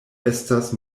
estas